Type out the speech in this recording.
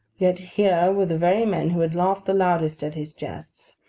yet here were the very men who had laughed the loudest at his jests,